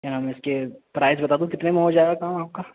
کیا نام ہے اس کے پرائز بتا دوں کتنے میں ہو جائے گا کام آپ کا